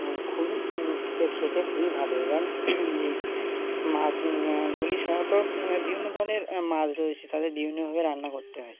খুবই খ খেতে খুবই ভালো এবং এই মাছ গুলির সাারাত বিভিন্ন ধরনের মাছ রয়েছে তাদের বিভিন্নভাবে রান্না করতে হয়